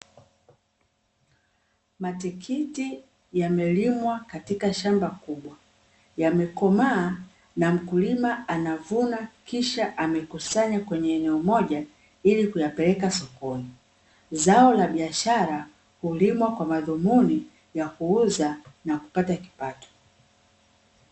Matikiti yamelimwa katika shamba kubwa. Yamekomaa na mkulima anavuna kisha amekusanya kwenye eneo moja ili kuyapeleka sokoni. Zao la biashara hulimwa kwa madhumuni ya kuuza na kupata kipato.